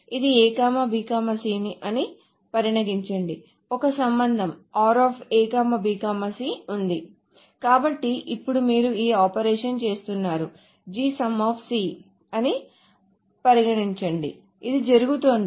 ఇది A B C అని పరిగణించండి ఒక సంబంధం r A B C ఉంది కాబట్టి ఇప్పుడు మీరు ఈ ఆపరేషన్ చేస్తున్నారు అని పరిగణించండి అది జరుగుతోంది